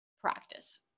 practice